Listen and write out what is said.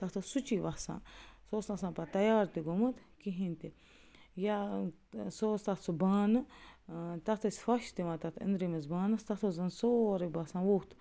تَتھ اوس سُچی وَسان سُہ اوس نہٕ آسان پتہٕ تَیار تہِ گوٚمُت کِہیٖنۍ تہِ یا سُہ اوس تَتھ سُہ بانہٕ تَتھ ٲسۍ فَش دِوان تَتھ أنٛدرِمِس بانس تَتھ اوس زن سُورٕے بسان ووٚتھ